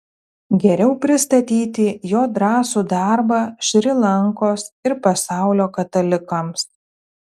geriau pristatyti jo drąsų darbą šri lankos ir pasaulio katalikams